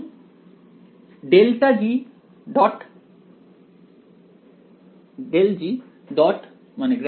এখন ∇g · কি